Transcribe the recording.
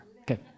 okay